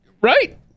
Right